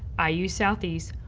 ah iu southeast,